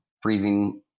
freezing